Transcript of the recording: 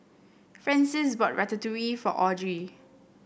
Francies bought Ratatouille for Audry